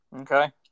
Okay